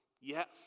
Yes